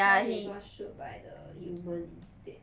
cause he got shoot by the human instead